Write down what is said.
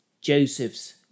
Joseph's